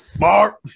Mark